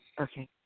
Okay